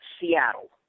Seattle